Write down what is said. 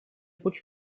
путь